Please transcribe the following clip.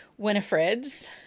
winifreds